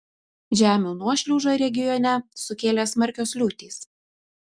žemių nuošliaužą regione sukėlė smarkios liūtys